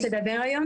לדבר היום.